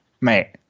Mate